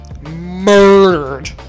murdered